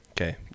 Okay